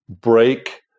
break